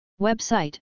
Website